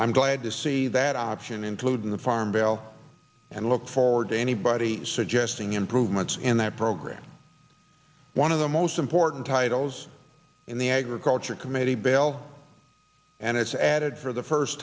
i'm glad to see that option including the farm bill and look forward to anybody suggesting improvements in that program one of the most important titles in the agriculture committee bill and it's added for the first